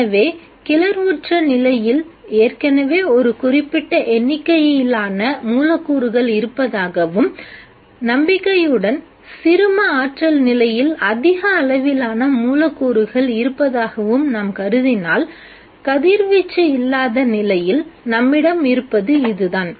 எனவே கிளர்வுற்ற நிலையில் ஏற்கெனவே ஒரு குறிப்பிட்ட எண்ணிக்கையிலான மூலக்கூறுகள் இருப்பதாகவும் நம்பிக்கையுடன் சிறும ஆற்றல் நிலையில் அதிக அளவிலான மூலக்கூறுகள் இருப்பதாகவும் நாம் கருதினால் கதிர்வீச்சு இல்லாத நிலையில் நம்மிடம் இருப்பது இதுதான்